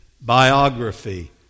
biography